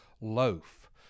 loaf